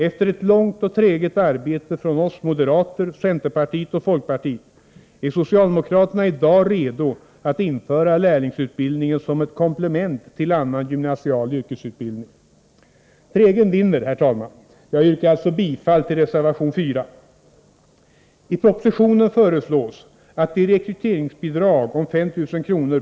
Efter ett långt och träget arbete från oss moderater, centerpartiet och folkpartiet är socialdemokraterna i dag redo att införa lärlingsutbildning som komplement till annan gymnasial yrkesutbildning. Trägen vinner, herr talman! Jag yrkar alltså bifall till reservation 4. 169 I propositionen föreslås att det rekryteringsbidrag om 5 000 kr.